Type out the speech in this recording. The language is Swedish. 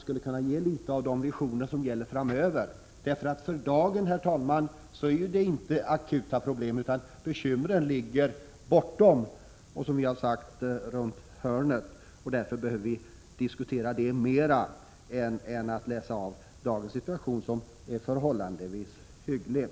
skulle kunna ge något av de visioner som gäller framöver. För dagen är det inte akuta problem. Bekymren ligger bortom och, som vi har sagt, ”runt hörnet”. Därför behöver vi diskutera dem mera än att studera dagens situation som är förhållandevis hygglig.